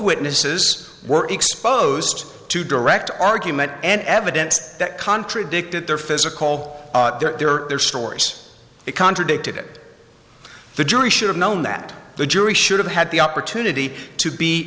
witnesses were exposed to direct argument and evidence that contradicted their physical their their stores it contradicted it the jury should have known that the jury should have had the opportunity to be